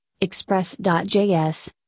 Express.js